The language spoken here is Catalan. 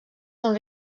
són